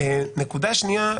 נקודה שנייה,